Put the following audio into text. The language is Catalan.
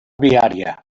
viària